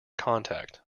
contact